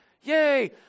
yay